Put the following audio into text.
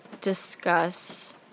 discuss